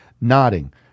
nodding